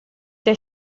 der